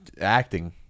acting